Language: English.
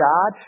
God